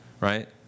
right